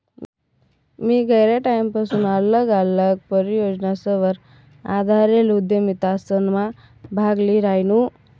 मी गयरा टाईमपसून आल्लग आल्लग परियोजनासवर आधारेल उदयमितासमा भाग ल्ही रायनू